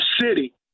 City